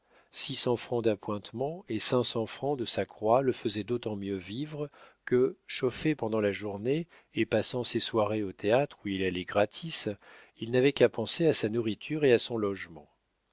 d'appointements et cinq cents francs de sa croix le faisaient d'autant mieux vivre que chauffé pendant la journée et passant ses soirées aux théâtres où il allait gratis il n'avait qu'à penser à sa nourriture et à son logement